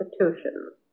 institutions